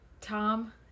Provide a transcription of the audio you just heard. Tom